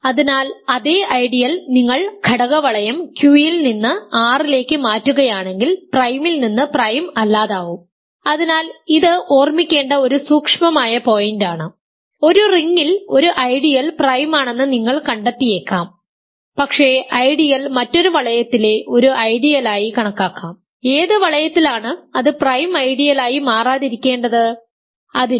അതിനാൽ അതേ ഐഡിയൽ നിങ്ങൾ ഘടക വളയം Q ൽ നിന്ന് R ലേക്ക് മാറ്റുകയാണെങ്കിൽ പ്രൈമിൽ നിന്ന് പ്രൈം അല്ലാതാവും അതിനാൽ ഇത് ഓർമിക്കേണ്ട ഒരു സൂക്ഷ്മമായ പോയിന്റാണ് ഒരു റിങ്ങിൽ ഒരു ഐഡിയൽ പ്രൈമാണെന്ന് നിങ്ങൾ കണ്ടെത്തിയേക്കാം പക്ഷേ ഐഡിയൽ മറ്റൊരു വളയത്തിലെ ഒരു ഐഡിയലായി കണക്കാക്കാം ഏത് വളയത്തിലാണ് അത് പ്രൈം ഐഡിയലായി മാറാതിരിക്കേണ്ടത് അതിൽ